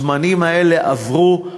הזמנים האלה עברו,